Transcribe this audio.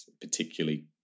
particularly